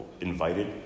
invited